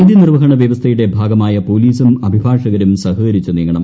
നീതി നിർവ്വഹണ വ്യവസ്ഥയുടെ ഭാഗമായ പോലീസും അഭിഭാഷകരും സഹകരിച്ച് നീങ്ങണം